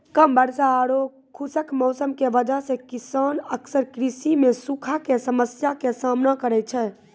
कम वर्षा आरो खुश्क मौसम के वजह स किसान अक्सर कृषि मॅ सूखा के समस्या के सामना करै छै